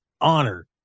honor